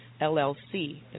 LLC